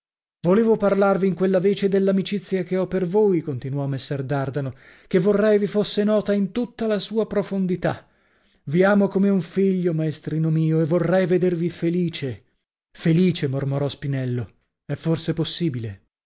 volevo parlarvi in quella vece dell'amicizia che ho per voi continuò messer dardano che vorrei vi fosse nota in tutta la sua profondità vi amo come un figlio maestrino mio e vorrei vedervi felice felice mormorò spinello è forse possibile